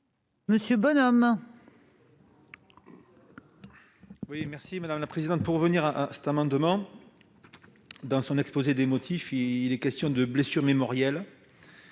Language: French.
Monsieur Bonhomme,